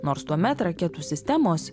nors tuomet raketų sistemos